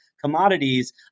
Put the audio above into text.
commodities